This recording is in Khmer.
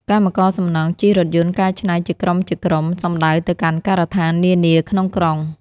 កម្មករសំណង់ជិះរថយន្តកែច្នៃជាក្រុមៗសំដៅទៅកាន់ការដ្ឋាននានាក្នុងក្រុង។